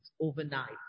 overnight